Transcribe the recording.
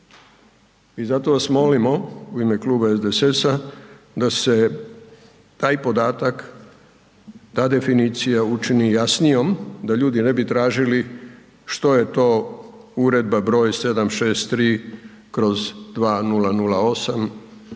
I zato vas molimo u ime kluba SDSS-a da se taj podatak, ta definicija učini jasnijom da ljudi ne bi tražili što je to Uredba br. 763/2008